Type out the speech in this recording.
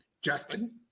Justin